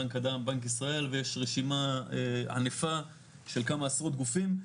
בנק הדם ובנק ישראל ויש רשימה ענפה של כמה עשרות גופים.